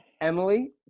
Emily